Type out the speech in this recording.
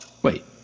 Wait